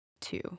Two